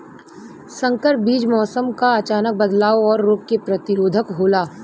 संकर बीज मौसम क अचानक बदलाव और रोग के प्रतिरोधक होला